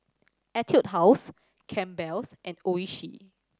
Etude House Campbell's and Oishi